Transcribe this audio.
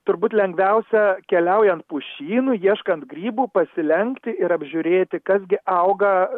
turbūt lengviausia keliaujant pušynu ieškant grybų pasilenkti ir apžiūrėti kas gi auga